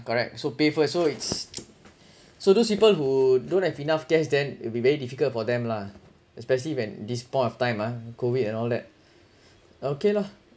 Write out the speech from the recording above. correct so pay first so it's so those people who don't have enough cash then it'll be very difficult for them lah especially when this point of time ah COVID and all that okay lah